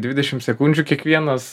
dvidešim sekundžių kiekvienas